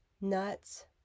nuts